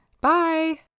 Bye